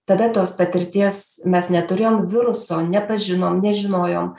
tada tos patirties mes neturėjom viruso nepažinom nežinojom